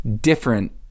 different